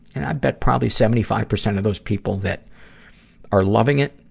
and i bet probably seventy five percent of those people that are loving it,